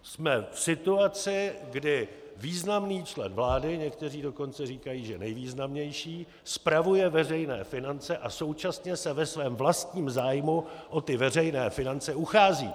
Jsme v situaci, kdy významný člen vlády, někteří dokonce říkají, že nejvýznamnější, spravuje veřejné finance a současně se ve svém vlastním zájmu o veřejné finance uchází.